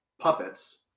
puppets